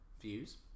views